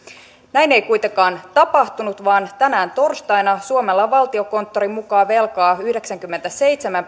näin ei kuitenkaan tapahtunut vaan tänään torstaina suomella on valtiokonttorin mukaan velkaa yhdeksänkymmentäseitsemän